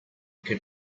can